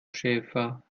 schäfer